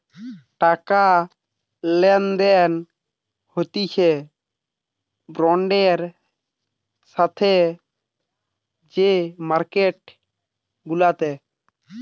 টাকা লেনদেন হতিছে বন্ডের সাথে যে মার্কেট গুলাতে